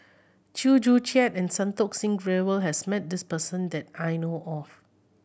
Chew Joo Chiat and Santokh Singh Grewal has met this person that I know of